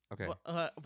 Okay